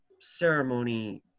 ceremony